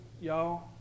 y'all